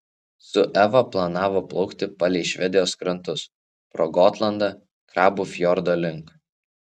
su eva planavo plaukti palei švedijos krantus pro gotlandą krabų fjordo link